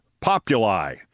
Populi